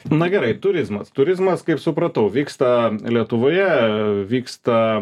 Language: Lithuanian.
na gerai turizmas turizmas kaip supratau vyksta lietuvoje vyksta